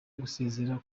gusezera